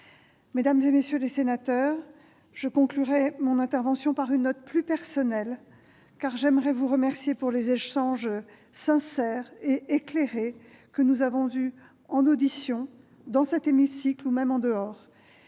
Mesdames, messieurs les sénateurs, je conclurai mon intervention par une note plus personnelle, car j'aimerais vous remercier des échanges sincères et éclairés que nous avons eus en audition, dans cet hémicycle ou en dehors.